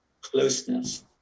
closeness